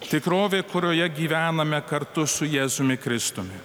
tikrovė kurioje gyvename kartu su jėzumi kristumi